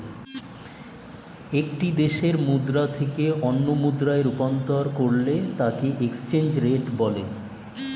একটি দেশের মুদ্রা থেকে অন্য মুদ্রায় রূপান্তর করলে তাকেএক্সচেঞ্জ রেট বলে